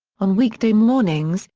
on weekday mornings,